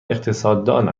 اقتصاددان